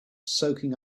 soaking